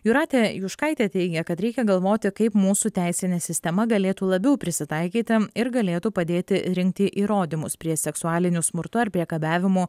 jūratė juškaitė teigė kad reikia galvoti kaip mūsų teisinė sistema galėtų labiau prisitaikyti ir galėtų padėti rinkti įrodymus prie seksualiniu smurtu ar priekabiavimu